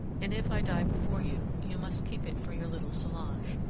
and if i die before you, you must keep it for your little solange.